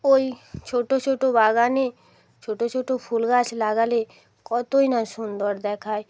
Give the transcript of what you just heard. ওই ছোটো ছোটো বাগানে ছোটো ছোটো ফুল গাছ লাগালে কতোই না সুন্দর দেখায়